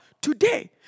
today